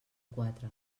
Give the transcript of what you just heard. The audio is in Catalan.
quatre